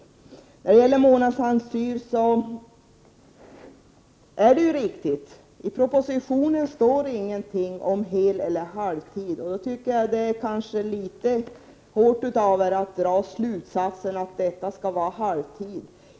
Sedan är det riktigt som Mona Saint Cyr säger att i propositionen står det ingenting om heleller halvtid. Då tycker jag att det är litet hårt av moderaterna att dra slutsatsen att det skall vara halvtid.